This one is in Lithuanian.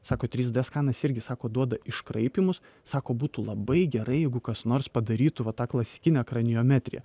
sako trys d skanas irgi sako duoda iškraipymus sako būtų labai gerai jeigu kas nors padarytų va tą klasikinę kraniometriją